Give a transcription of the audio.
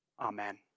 Amen